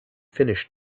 finnish